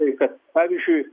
tai kad pavyzdžiui